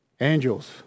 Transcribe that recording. Angels